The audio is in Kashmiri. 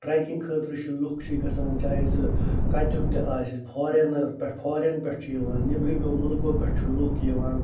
ٹرٛٮ۪کِنٛگ خٲطرٕ چھِ لُکھ چھِ گَژھان چاہے سُہ کَتیُک تہِ آسہِ فارٮ۪نٔرو پٮ۪ٹھ فارٮ۪ن پٮ۪ٹھ چھِ یِوان نیٚبرِمو مُلکو پٮ۪ٹھ چھُ لُکھ یِوان